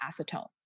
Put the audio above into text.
acetone